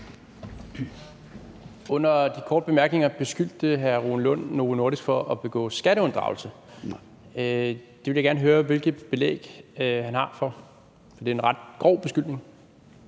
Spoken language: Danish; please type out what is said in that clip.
Under de korte bemærkninger beskyldte hr. Rune Lund Novo Nordisk for at begå skatteunddragelse. Jeg vil gerne høre, hvilket belæg han har for det, for det er en ret grov beskyldning.